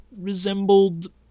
resembled